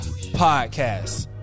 podcast